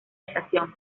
estación